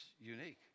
unique